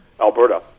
Alberta